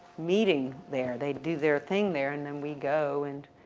meeting there. they do their thing there. and then we go and